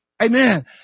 Amen